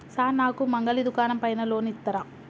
Sir నాకు మంగలి దుకాణం పైన లోన్ ఇత్తరా?